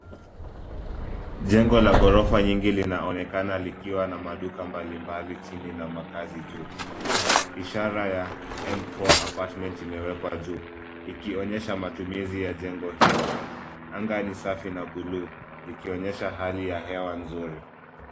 Jengo la ghorofa nyingi linaonekana kuwa na maduka mbalimbali chini na makazi juu. Ishara ya m4 apartment imewekwa juu, ikionyesha matumizi ya jengo hilo. Anga ni safi na buluu, likionyesha hali ya hewa nzuri.